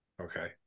Okay